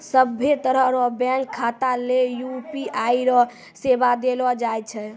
सभ्भे तरह रो बैंक खाता ले यू.पी.आई रो सेवा देलो जाय छै